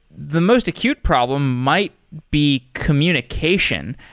the most acute problem might be communication.